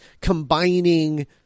combining